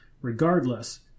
Regardless